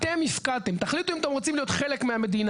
'אתם הפקעתם' תחליטו אם אתם רוצים להיות חלק מהמדינה,